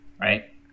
right